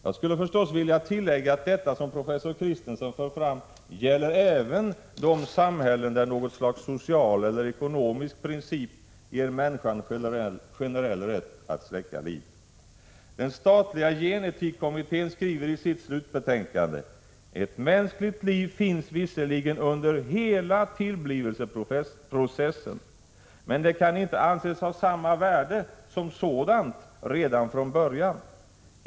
Jag skulle förstås vilja tillägga att detta som professor Christensen för fram, gäller även de samhällen där något slags social eller ekonomisk princip ger människan generell rätt att släcka liv. Den statliga gen-etik-kommittén skriver i sitt slutbetänkande: ”Ett mänskligt liv finns visserligen under hela tillblivelseprocessen, men det kan inte anses ha samma värde som sådant redan från första början.